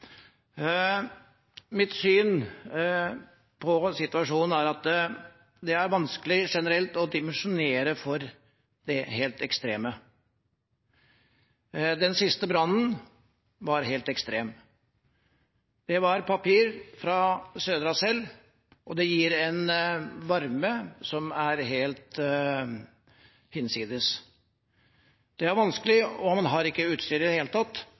Mitt syn på situasjonen er at det er generelt vanskelig å dimensjonere for det helt ekstreme. Den siste brannen var helt ekstrem. Det var papir fra Södra Cell, og det gir en varme som er helt hinsides. Det er vanskelig, og man har ikke i det hele tatt